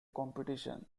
competition